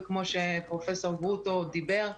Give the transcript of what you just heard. וכמו שפרופ' גרוטו דיבר,